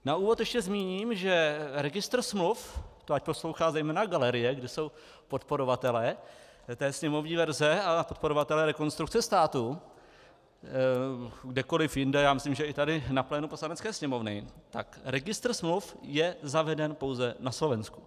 Na úvod ještě zmíním, že registr smluv to ať poslouchá zejména galerie, kde jsou podporovatelé sněmovní verze, a podporovatelé Rekonstrukce státu kdekoli jinde, myslím, že i tady na plénu Poslanecké sněmovny registr smluv je zaveden pouze na Slovensku.